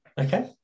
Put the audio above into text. Okay